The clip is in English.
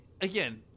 again